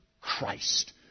Christ